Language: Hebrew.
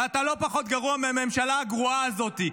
ואתה לא פחות גרוע מהממשלה הגרועה הזאת.